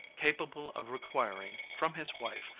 capable of requiring, from his wife,